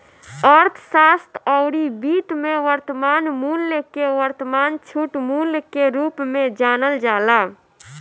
अर्थशास्त्र अउरी वित्त में वर्तमान मूल्य के वर्तमान छूट मूल्य के रूप में जानल जाला